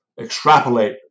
extrapolate